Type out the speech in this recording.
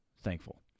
thankful